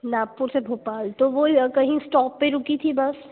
नागपुर से भोपाल तो वो या कहीं स्टॉप पर रुकी थी बस